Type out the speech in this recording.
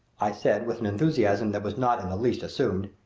i said, with an enthusiasm that was not in the least assumed,